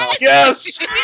Yes